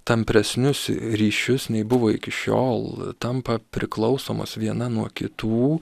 tampresnius ryšius nei buvo iki šiol tampa priklausomos viena nuo kitų